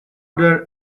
there